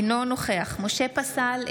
אינו נוכח משה פסל,